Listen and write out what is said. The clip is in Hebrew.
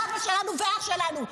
אבא שלנו ואח שלנו.